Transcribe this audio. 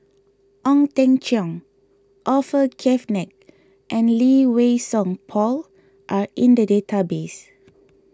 Ong Teng Cheong Orfeur Cavenagh and Lee Wei Song Paul are in the database